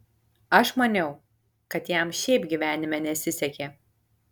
aš maniau kad jam šiaip gyvenime nesisekė